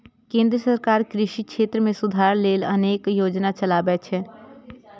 केंद्र सरकार कृषि क्षेत्र मे सुधार लेल अनेक योजना चलाबै छै